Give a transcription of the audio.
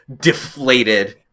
deflated